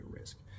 risk